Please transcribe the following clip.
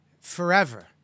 forever